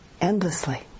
endlessly